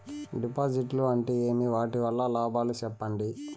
డిపాజిట్లు అంటే ఏమి? వాటి వల్ల లాభాలు సెప్పండి?